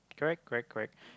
correct correct correct